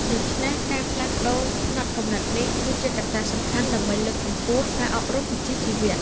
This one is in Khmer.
ដូច្នេះ ការផ្លាស់ប្តូរផ្នត់គំនិតនេះគឺជាកត្តាសំខាន់ដើម្បីលើកកម្ពស់ការអប់រំវិជ្ជាជីវៈ។